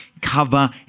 Cover